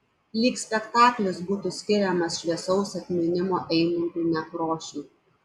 lyg spektaklis būtų skiriamas šviesaus atminimo eimuntui nekrošiui